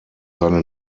seine